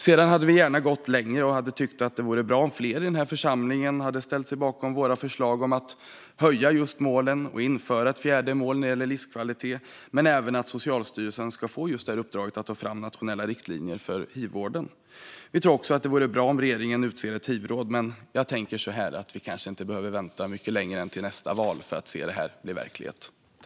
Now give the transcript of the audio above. Sedan hade vi gärna gått längre. Vi hade tyckt att det hade varit bra om fler i den här församlingen hade ställt sig bakom våra förslag om att höja målen och införa ett fjärde mål när det gäller livskvalitet och att Socialstyrelsen ska få i uppdrag att ta fram nationella riktlinjer för hivvården. Vi tror också att det vore bra om regeringen utser ett hivråd. Men jag tänker att vi kanske inte behöver vänta mycket längre än till nästa val för att få se detta bli verklighet.